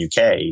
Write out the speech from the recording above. UK